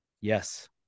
Yes